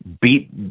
beat